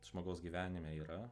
žmogaus gyvenime yra